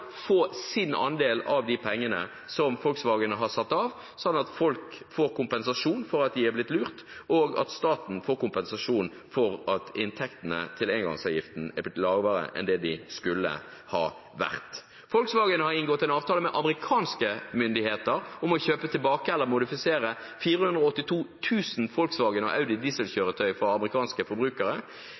få sin andel av de pengene som Volkswagen har satt av, slik at folk får kompensasjon for at de er blitt lurt, og at staten får kompensasjon for at inntektene til engangsavgiften er blitt lavere enn de skulle ha vært? Volkswagen har inngått en avtale med amerikanske myndigheter om å kjøpe tilbake eller modifisere 482 000 Volkswagen- og Audi-dieselkjøretøy fra amerikanske forbrukere.